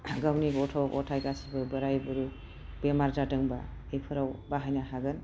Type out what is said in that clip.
गावनि गथ' ग'थाइ गासिबो बोराइ बुरि बेमार जादोंबा बिफ्राव बाहायनो हागोन